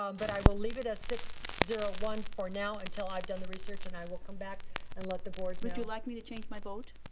um but i will leave it as six zero one for now, until i've done the research and i will come back and let the board know. would you like me to change my vote?